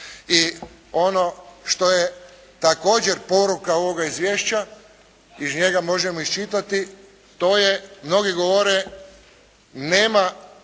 I ono što je također poruka ovoga izvješća, iz njega možemo iščitati, to je mnogi govore nema